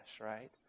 right